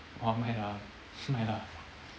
!wah! mad ah mad ah